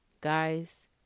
Guys